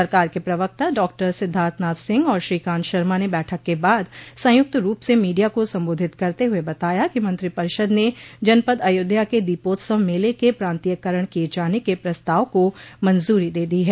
सरकार के प्रवक्ता डॉक्टर सिद्धार्थनाथ सिंह और श्रीकांत शर्मा ने बैठक के बाद संयुक्त रूप से मीडिया को सम्बोधित करते हुए बताया कि मंत्रिपरिषद ने जनपद अयोध्या के दीपोत्सव मेले के प्रांतीयकरण किये जाने के प्रस्ताव को मंजूरी दे दी है